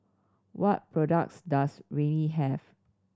what products does Rene have